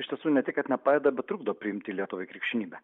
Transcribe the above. iš tiesų ne tai kad nepadeda bet trukdo priimti lietuvai krikščionybę